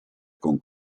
con